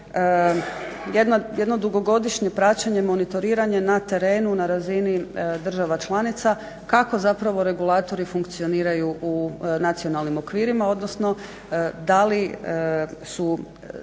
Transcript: jedno dugogodišnje praćenje monitoriranje na terenu na razini država članica kako zapravo regulatori funkcioniraju u nacionalnim okvirima, odnosno da li su